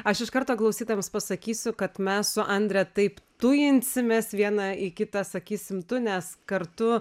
aš iš karto klausytojams pasakysiu kad mes su andre taip tujinsimės viena į kitą sakysim tu nes kartu